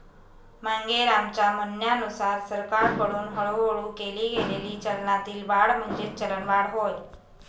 मांगेरामच्या म्हणण्यानुसार सरकारकडून हळूहळू केली गेलेली चलनातील वाढ म्हणजेच चलनवाढ होय